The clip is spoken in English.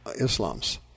Islam's